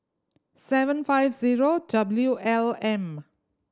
seven five zero W L M